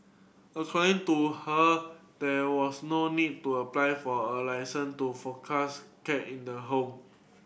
according to her there was no need to apply for a licence to foster cat in the home